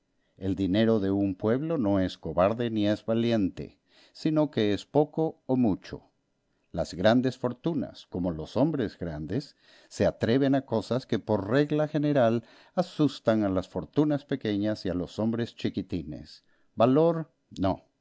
el dinero de un pueblo no es cobarde ni es valiente sino que es poco o mucho las grandes fortunas como los hombres grandes se atreven a cosas que por regla general asustan a las fortunas pequeñas y a los hombres chiquitines valor no